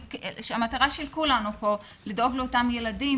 המטרה של כולנו פה היא לדאוג לאותם ילדים,